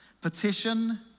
petition